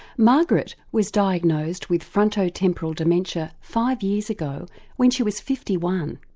margaret was diagnosed with frontotemporal dementia five years ago when she was fifty one.